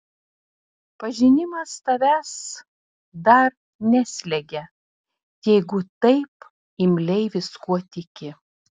pažinimas tavęs dar neslegia jeigu taip imliai viskuo tiki